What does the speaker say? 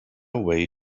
way